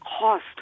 cost